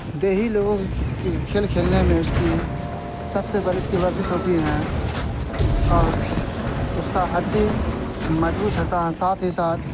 دیہی لوگوں کھیل کھیلنے میں اس کی سب سے پہلے اس کی ورزش ہوتی ہیں اور اس کا ہڈی مضبوط ہوتا ہے ساتھ ہی ساتھ